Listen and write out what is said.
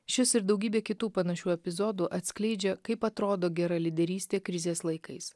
šis ir daugybė kitų panašių epizodų atskleidžia kaip atrodo gera lyderystė krizės laikais